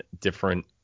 different